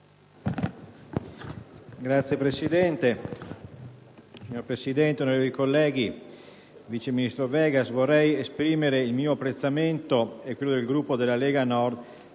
*(LNP)*. Signora Presidente, onorevoli colleghi, signor vice ministro Vegas, vorrei esprimere il mio apprezzamento e quello del Gruppo della Lega Nord